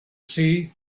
sea